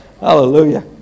Hallelujah